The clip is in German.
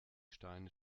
steine